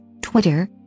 Twitter